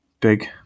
big